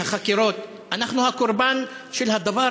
החקירות אנחנו הקורבן של הדבר